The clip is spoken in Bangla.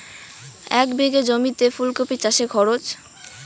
এক বিঘে জমিতে ফুলকপি চাষে খরচ?